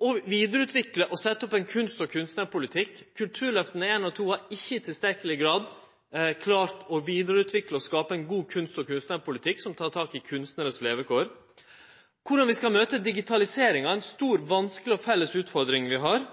å vidareutvikle grunnmuren, som mange har vore inne på, og setje opp ein kunst- og kunstnarpolitikk. Kulturløftet I og II har ikkje i tilstrekkeleg grad klart å vidareutvikle og skape ein god kunst- og kunstnarpolitikk som tar tak i kunstnarars levekår, og heller ikkje korleis vi skal møte digitaliseringa, som er ei stor, vanskeleg og felles utfordring vi har.